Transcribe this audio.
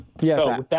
yes